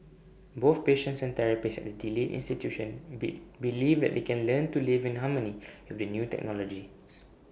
both patients and therapists at the delete institution be believe that they can learn to live in harmony with the new technologies